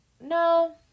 No